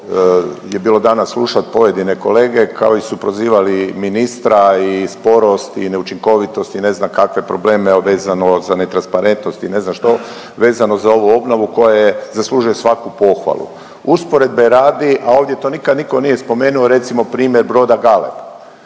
je bilo danas slušati pojedine kolege kao su prozivali ministra i sporost i neučinkovitost i ne znam kakve probleme vezano za netransparentnost i ne znam što, vezano za ovu obnovu koje zaslužuju svaku pohvalu. Usporedbe radi, a ovdje to nikad nitko nije spomenuo, recimo, primjer broda Galeb.